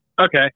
Okay